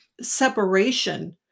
separation